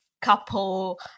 couple